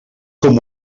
com